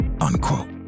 unquote